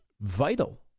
vital